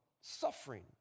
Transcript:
suffering